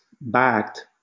backed